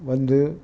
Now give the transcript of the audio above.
வந்து